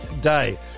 day